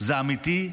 זה אמיתי,